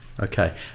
okay